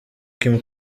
kim